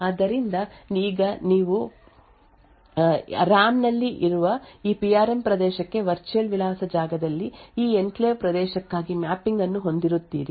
ಆದ್ದರಿಂದ ನೀವು ಈಗ ರಾಮ್ ನಲ್ಲಿ ಈ ಪಿ ಆರ್ ಎಂ ಪ್ರದೇಶಕ್ಕೆ ವರ್ಚುಯಲ್ ವಿಳಾಸ ಜಾಗದಲ್ಲಿ ಈ ಎನ್ಕ್ಲೇವ್ ಪ್ರದೇಶಕ್ಕಾಗಿ ಮ್ಯಾಪಿಂಗ್ ಅನ್ನು ಹೊಂದಿರುತ್ತೀರಿ